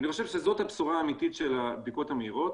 אני חושב שזאת הבשורה האמיתית של הבדיקות המהירות.